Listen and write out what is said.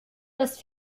das